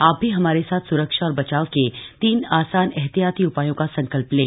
आप भी हमारे साथ स्रक्षा और बचाव के तीन आसान एहतियाती उपायों का संकल्प लें